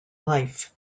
life